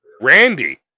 Randy